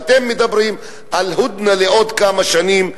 ואתם מדברים על "הודנה" לעוד כמה שנים,